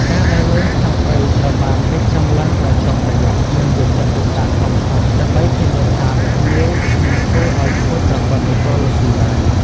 ការដើរលេងក្នុងព្រៃត្រូវបានរៀបចំឡើងដោយប្រុងប្រយ័ត្ន និងយកចិត្តទុកដាក់បំផុតដើម្បីធានាថាភ្ញៀវមិនធ្វើឱ្យខូច ប្រព័ន្ធអេកូឡូស៊ី ឡើយ។